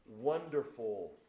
wonderful